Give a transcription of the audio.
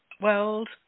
world